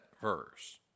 verse